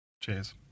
Cheers